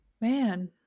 man